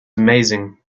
amazing